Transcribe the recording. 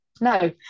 no